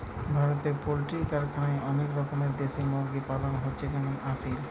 ভারতে পোল্ট্রি কারখানায় অনেক রকমের দেশি মুরগি পালন হচ্ছে যেমন আসিল